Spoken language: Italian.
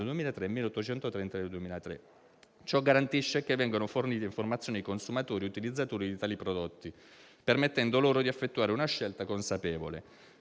e n. 1830/2003. Ciò garantisce che vengano fornite informazioni ai consumatori e utilizzatori di tali prodotti, permettendo loro di effettuare una scelta consapevole.